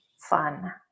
fun